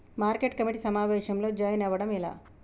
Market committee సమావేశంలో join అవ్వడం ఎలా?